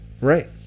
right